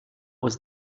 was